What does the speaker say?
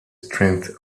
strength